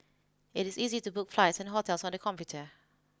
it is easy to book flights and hotels on the computer